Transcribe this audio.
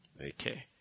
Okay